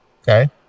Okay